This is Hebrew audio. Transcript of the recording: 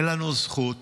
אין לנו זכות,